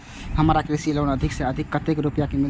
हमरा कृषि लोन में अधिक से अधिक कतेक रुपया मिलते?